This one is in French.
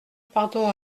pardon